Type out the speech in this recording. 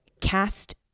cast